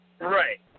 Right